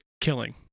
killing